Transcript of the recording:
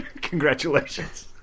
Congratulations